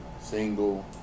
single